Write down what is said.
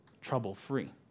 trouble-free